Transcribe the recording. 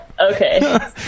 Okay